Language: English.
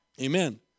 Amen